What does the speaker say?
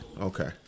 Okay